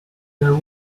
know